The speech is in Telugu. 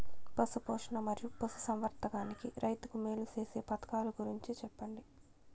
పశు పోషణ మరియు పశు సంవర్థకానికి రైతుకు మేలు సేసే పథకాలు గురించి చెప్పండి?